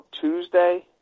Tuesday